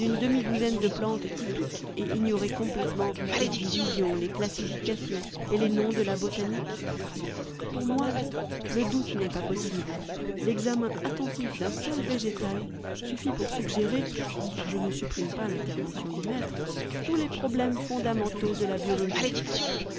une demi-douzaine de plantes typiques et ignorer complètement les divisions les classifications et les noms de la botanique pour moi le doute n'est pas possible l'examen attentif d'un seul vëg étal suffit pour suggérer car je ne supprime pas l'intervention du maître tous les problèmes fondamentaux de la biologie